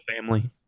family